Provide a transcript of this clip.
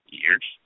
years